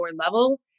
level